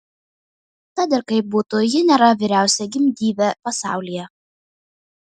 kad ir kaip būtų ji nėra vyriausia gimdyvė pasaulyje